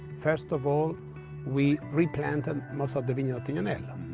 first of all we replanted and most of the vineyard tignanello.